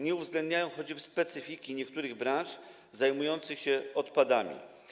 Nie uwzględniają choćby specyfiki niektórych branż zajmujących się odpadami.